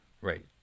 Right